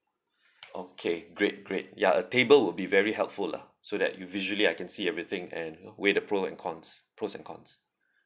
okay great great ya a table would be very helpful lah so that you visually I can see everything and you know weigh the pro and cons pros and cons